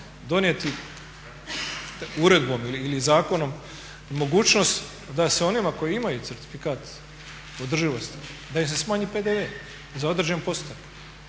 donijeti uredbom ili zakonom mogućnost da se onima koji imaju certifikat održivosti da im se smanji PDV za određen postotak.